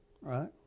right